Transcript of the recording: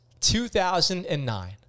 2009